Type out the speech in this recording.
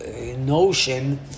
notion